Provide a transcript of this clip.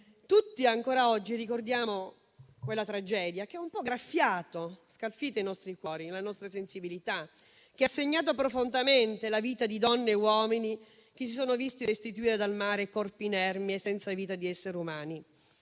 Tutti noi, ancora oggi, ricordiamo quella tragedia, che ha un po' graffiato e scalfito i nostri cuori e la nostra sensibilità, che ha segnato profondamente la vita di donne e uomini che si sono visti restituire dal mare i corpi inermi e senza vita di altri esseri umani.